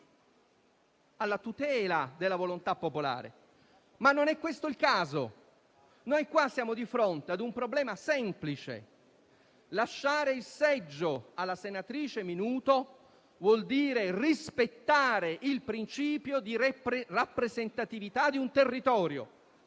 alla tutela della volontà popolare. Ma non è questo il caso. Qui siamo di fronte a un problema semplice: lasciare il seggio alla senatrice Minuto vuol dire rispettare il principio di rappresentatività di un territorio.